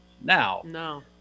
Now